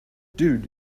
dude